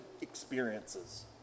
experiences